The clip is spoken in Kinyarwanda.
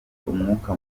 umwuka